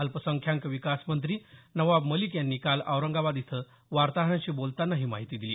अल्पसंख्याक विकास मंत्री नवाब मलिक यांनी काल औरंगाबाद इथं वार्ताहरांशी बोलताना ही माहिती दिली